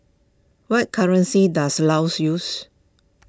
what currency does Laos use